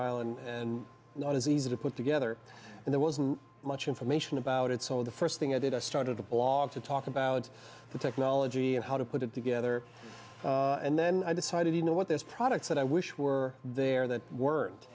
fragile and not as easy to put together and there wasn't much information about it so the first thing i did i started a blog to talk about the technology and how to put it together and then i decided you know what this products that i wish were there that weren't